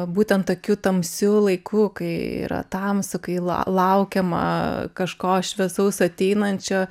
būtent tokiu tamsiu laiku kai yra tamsu kai laukiama kažko šviesaus ateinančiojo